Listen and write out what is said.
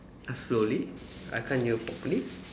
slowly I can't hear properly